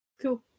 cool